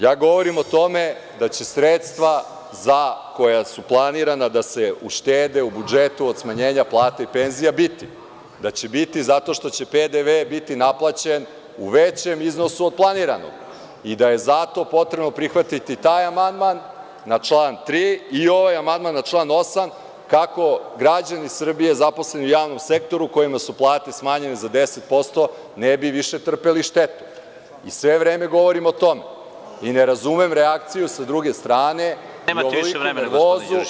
Ja govorim o tome da će sredstva za, koja su planirana, da se uštede u budžetu od smanjenja plata i penzija biti, da će biti zato što će PDV biti naplaćen u većem iznosu od planiranog i da je zato potrebno prihvatiti taj amandman na član 3. i ovaj amandman na član 8. kako građani Srbije, zaposleni u javnom sektoru kojima su plate smanjene za 10% ne bi više trpeli štetu i sve vreme govorim o tome i ne razumem reakciju sa druge strane i ovoliku nervozu